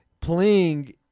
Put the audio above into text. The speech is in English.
playing